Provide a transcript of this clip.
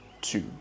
two